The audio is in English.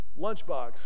lunchbox